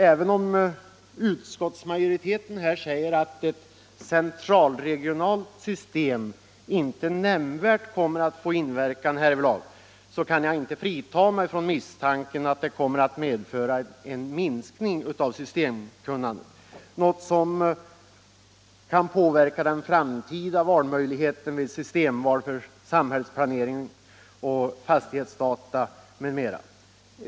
Även om utskottsmajoriteten säger att ett central/regionalt system inte nämnvärt kommer att få inverkan härvidlag kan jag inte undgå misstanken att det kommer att medföra en minskning av systemkunnandet — något som kan påverka den framtida valmöjligheten vid systemval för samhällsplaneringen och fastighetsdata m.m.